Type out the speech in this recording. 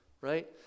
right